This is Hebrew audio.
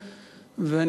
הזה.